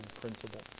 principle